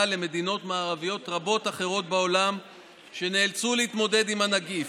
למדינות מערביות רבות אחרות בעולם שנאלצו להתמודד עם הנגיף.